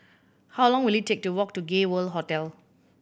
how long will it take to walk to Gay World Hotel